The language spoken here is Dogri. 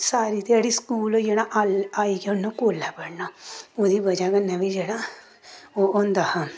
सारी ध्याड़ी स्कूल होई जाना आ आइयै उ'न्नै कोल्लै पढ़ना ओह्दी ब'जा कन्नै बी जेह्ड़ा ओह् होंदा हा